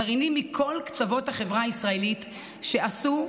גרעינים מכל קצוות החברה הישראלית שעשו,